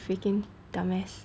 freaking dumb ass